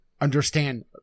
understand